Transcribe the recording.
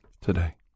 today